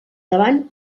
davant